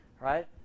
right